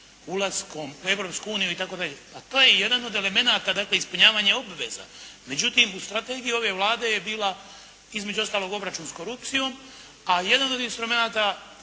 uniju itd. A to je jedan od elemenata ispunjavanja obveza, međutim u strategiji ove Vlade je bila, između ostalog obračun s korupcijom, a jedan od instrumenata